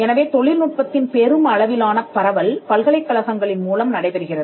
எனவே தொழில்நுட்பத்தின் பெரும் அளவிலான பரவல் பல்கலைக்கழகங்களின் மூலம் நடைபெறுகிறது